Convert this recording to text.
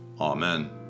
Amen